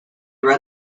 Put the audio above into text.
wrote